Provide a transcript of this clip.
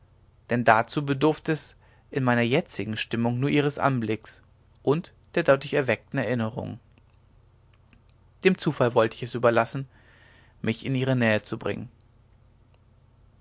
denn dazu bedurfte es in meiner jetzigen stimmung nur ihres anblicks und der dadurch erweckten erinnerungen dem zufall wollte ich es überlassen mich in ihre nähe zu bringen